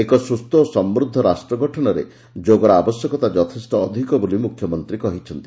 ଏକ ସୁସ୍ଚ ଓ ସମୃଦ୍ଧ ରାଷ୍ଟ ଗଠନରେ ଯୋଗର ଆବଶ୍ୟକତା ଯଥେଷ ଅଧିକ ବୋଲି ମୁଖ୍ୟମନ୍ତ୍ରୀ କହିଛନ୍ତି